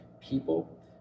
people